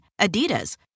Adidas